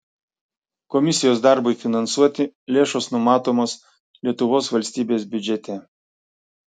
komisijos darbui finansuoti lėšos numatomos lietuvos valstybės biudžete